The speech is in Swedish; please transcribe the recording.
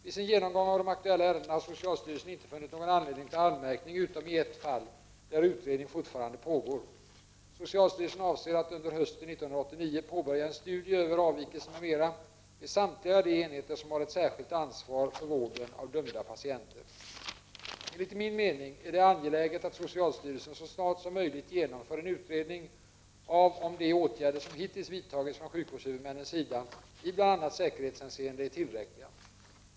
Vid sin genomgång av de aktuella ärendena har socialstyrelsen inte funnit någon anledning till anmärkning utom i ett fall där utredning fortfarande pågår. Socialstyrelsen avser att under hösten 1989 påbörja en studie över avvikelser m.m. vid samtliga enheter som har ett särskilt ansvar för vården av dömda patienter. Enligt min mening är det angeläget att socialstyrelsen så snart som möjligt genomför en utredning om de åtgärder som hittills vidtagits från sjukvårdshuvudmännens sida i bl.a. säkerhetshänseende är tillräckliga.